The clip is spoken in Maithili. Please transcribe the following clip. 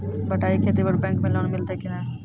बटाई खेती पर बैंक मे लोन मिलतै कि नैय?